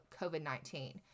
COVID-19